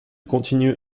continue